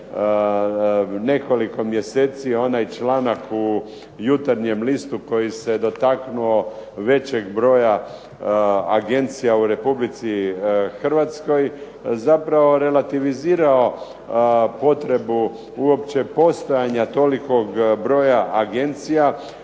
nekoliko mjeseci onaj članak u Jutarnjem listu koji se dotaknuo većeg broja agencija u Republici Hrvatskoj zapravo relativizirao potrebu uopće postojanja tolikog broja agencija